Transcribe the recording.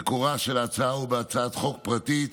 מקורה של ההצעה הוא בהצעת חוק פרטית